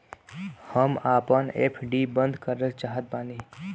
हम आपन एफ.डी बंद करल चाहत बानी